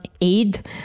aid